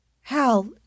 Hal